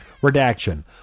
Redaction